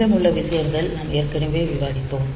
மீதமுள்ள விஷயங்களை நாம் ஏற்கனவே விவாதித்தோம்